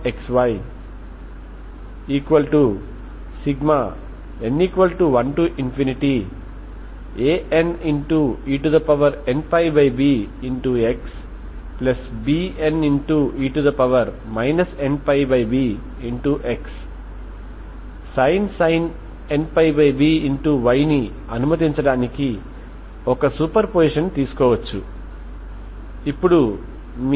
కాబట్టి మీరు కలిగి ఉన్న ఇన్ఫైనైట్ ప్లేన్ లేదా మీరు ప్లేన్ R2 లో భాగమైన కొంత డొమైన్ D అని చెప్పినా సరే అది కూడా ప్లేన్ లాగానే ఉంటుంది కాబట్టి మీకు ఇలా ఉంటే మరియు మీరు ప్లేట్ ప్రారంభ ఉష్ణోగ్రత uxy0fxy ∀xy∈D ని అందించాలి ఇది మీ ఇనీషియల్ కండిషన్ మరియు మీరు అందించగల బౌండరీ కండిషన్ ఇవి బౌండరీ పై ఆధారపడి ఉంటుంది